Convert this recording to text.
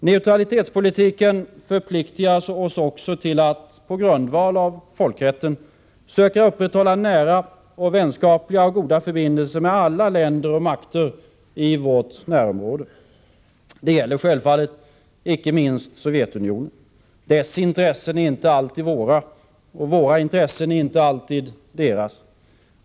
Neutralitetspolitiken förpliktigar oss också till att, på grundval av folkrät ten, söka upprätthålla nära, vänskapliga och goda förbindelser med alla länder och makter i vårt närområde. Detta gäller självfallet icke minst Sovjetunionen. Dess intressen är inte alltid våra, och våra intressen inte alltid deras.